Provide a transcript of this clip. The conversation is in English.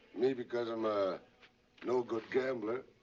me, because i'm a no good gambler.